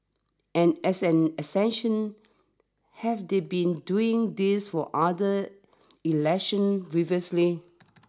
and as an extension have they been doing this for other elections previously